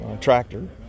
tractor